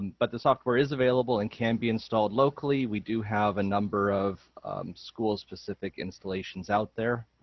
but the software is available and can be installed locally. we do have a number of schools specific installations out there,